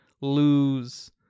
lose